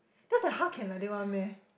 that was the how can like that one meh